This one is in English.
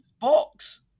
box